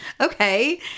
okay